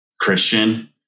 Christian